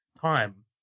time